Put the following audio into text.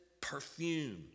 perfume